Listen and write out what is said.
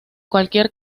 cualquier